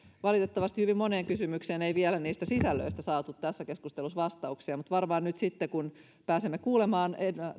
valitettavasti hyvin moneen kysymykseen niistä sisällöistä ei vielä saatu tässä keskustelussa vastauksia mutta varmaan nyt kun pääsemme kuulemaan